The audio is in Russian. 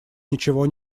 ничего